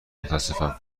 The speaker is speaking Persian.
متاسفم